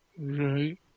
Right